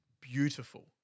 beautiful